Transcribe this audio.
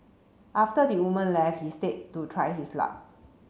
after the woman left he stayed to try his luck